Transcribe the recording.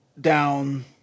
down